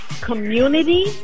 community